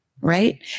right